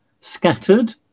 scattered